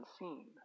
unseen